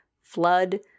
flood